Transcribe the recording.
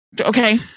okay